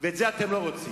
ואת זה אתם לא רוצים.